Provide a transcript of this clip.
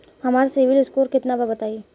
हमार सीबील स्कोर केतना बा बताईं?